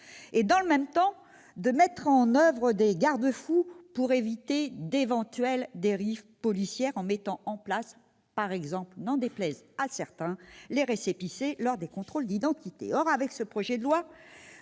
dans le même temps des garde-fous pour éviter d'éventuelles dérives policières, en mettant en place par exemple- n'en déplaise à certains -les récépissés lors des contrôles d'identité.